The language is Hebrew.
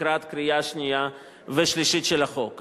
לקראת קריאה שנייה ושלישית של החוק.